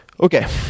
Okay